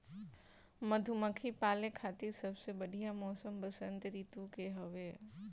मधुमक्खी पाले खातिर सबसे बढ़िया मौसम वसंत ऋतू के हवे